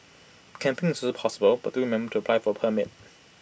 camping is also possible but do remember to apply for A permit